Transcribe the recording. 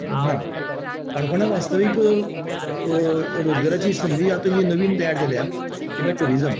ना काणकोणाक वास्तवीक रोजगारांची संदी आतां ही नवीन तयार जाल्या ती म्हळ्यार टुरिजम